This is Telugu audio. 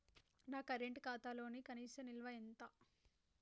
నా కరెంట్ ఖాతాలో కనీస నిల్వ ఎంత?